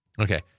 Okay